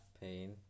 pain